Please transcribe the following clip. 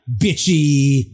bitchy